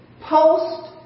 post